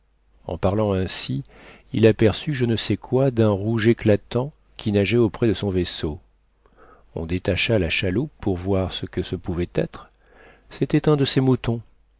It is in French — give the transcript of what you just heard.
en parlant ainsi il aperçut je ne sais quoi d'un rouge éclatant qui nageait auprès de son vaisseau on détacha la chaloupe pour voir ce que ce pouvait être c'était un de ses moutons